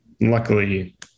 Luckily